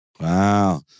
Wow